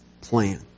plan